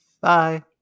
Bye